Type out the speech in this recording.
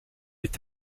est